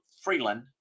Freeland